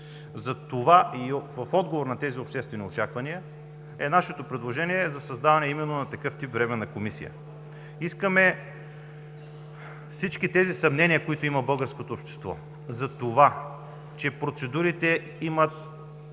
Затова и в отговор на тези обществени очаквания е нашето предложение за създаване именно на такъв тип Временна комисия. Искаме всички тези съмнения, които има българското общество – за това, че процедурите са